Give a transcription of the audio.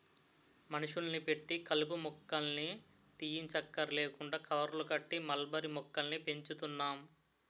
మనుషుల్ని పెట్టి కలుపు మొక్కల్ని తీయంచక్కర్లేకుండా కవర్లు కట్టి మల్బరీ మొక్కల్ని పెంచుతున్నాం